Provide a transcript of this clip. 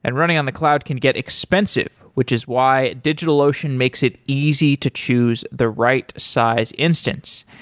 and running on the cloud can get expensive, which is why digitalocean makes it easy to choose the right size instance.